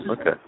okay